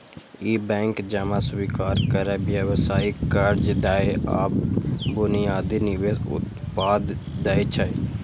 ई bank जमा स्वीकार करै, व्यावसायिक कर्ज दै आ बुनियादी निवेश उत्पाद दै छै